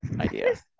idea